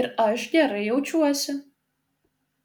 ir aš gerai jaučiuosi